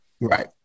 Right